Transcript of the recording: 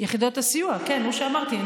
יחידות הסיוע, כן, הוא שאמרתי.